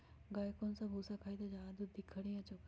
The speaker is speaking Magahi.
गाय कौन सा भूसा खाई त ज्यादा दूध दी खरी या चोकर?